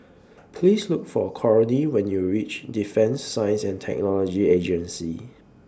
Please Look For Cornie when YOU REACH Defence Science and Technology Agency